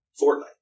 Fortnite